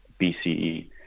bce